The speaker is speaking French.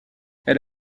elle